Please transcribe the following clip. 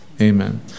Amen